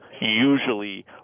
usually